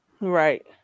Right